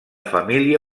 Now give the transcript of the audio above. família